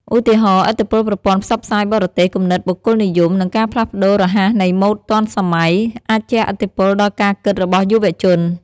ឧទាហរណ៍ ឥទ្ធិពលប្រព័ន្ធផ្សព្វផ្សាយបរទេស គំនិតបុគ្គលនិយម និងការផ្លាស់ប្ដូររហ័សនៃម៉ូដទាន់សម័យ អាចជះឥទ្ធិពលដល់ការគិតរបស់យុវជន។